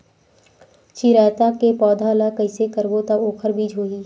चिरैता के पौधा ल कइसे करबो त ओखर बीज होई?